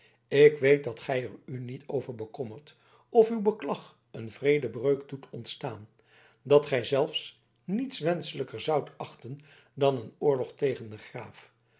ik weet dat gij er u niet over bekommert of uw beklag een vredebreuk doet ontstaan dat gij zelfs niets wenschelijker zoudt achten dan een oorlog tegen den graaf